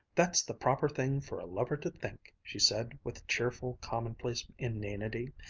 that's the proper thing for a lover to think! she said with cheerful, commonplace inanity.